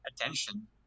attention